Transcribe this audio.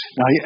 Now